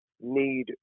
need